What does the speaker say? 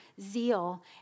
zeal